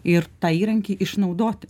ir tą įrankį išnaudoti